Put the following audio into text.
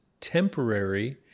temporary